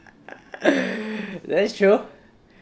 that's true